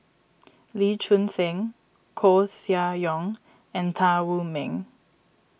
Lee Choon Seng Koeh Sia Yong and Tan Wu Meng